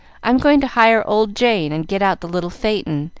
i am going to hire old jane and get out the little phaeton,